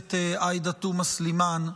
הכנסת עאידה תומא סלימאן,